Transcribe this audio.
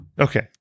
Okay